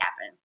happen